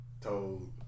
told